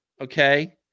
okay